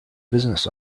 business